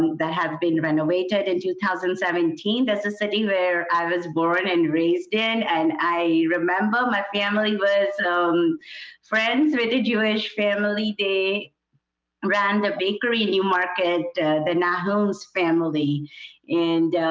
that have been renovated in two thousand and seventeen. there's a city where i was born and raised in and i remember my family was um friends with the jewish family, they ran the bakery new market the nahoons family and